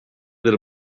del